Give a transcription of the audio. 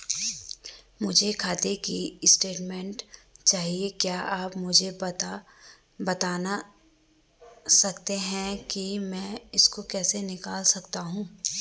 मुझे खाते की स्टेटमेंट चाहिए क्या आप मुझे बताना सकते हैं कि मैं इसको कैसे निकाल सकता हूँ?